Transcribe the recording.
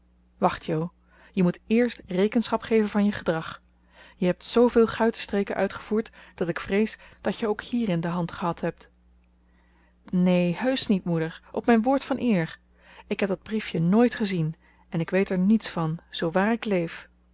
wacht jo je moet eerst rekenschap geven van je gedrag je hebt zoo veel guitenstreken uitgevoerd dat ik vrees dat je ook hierin de hand gehad hebt neen heusch niet moeder op mijn woord van eer ik heb dat briefje nooit gezien en ik weet er niets van zoo waar ik leef